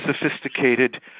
sophisticated